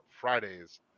Fridays